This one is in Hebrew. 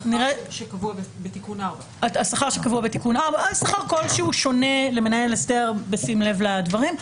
השכר שקבוע בתיקון 4. השכר שקבוע בתיקון 4. שכר כלשהו שונה למנהל הסדר בשים לב לדברים.